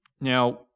Now